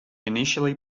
initially